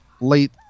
Late